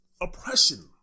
oppression